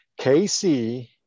KC